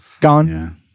gone